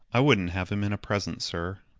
i wouldn't have him in a present, sir.